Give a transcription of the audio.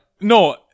no